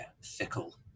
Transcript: fickle